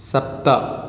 सप्त